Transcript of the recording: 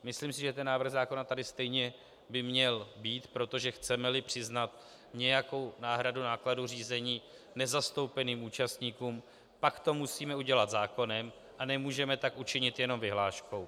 Myslím si, že ten návrh zákona tady stejně by měl být, protože chcemeli přiznat nějakou náhradu nákladů řízení nezastoupeným účastníkům, pak to musíme udělat zákonem a nemůžeme tak učinit jenom vyhláškou.